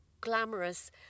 Glamorous